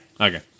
okay